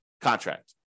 contract